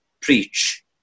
preach